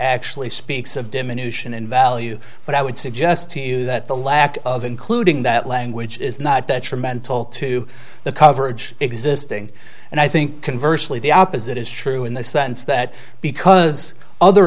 actually speaks of diminution in value but i would suggest to you that the lack of including that language is not that your mental to the coverage existing and i think can virtually the opposite is true in the sense that because other